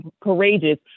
courageous